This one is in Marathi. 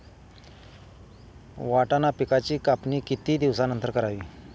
वाटाणा पिकांची कापणी किती दिवसानंतर करावी?